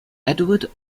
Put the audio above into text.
edward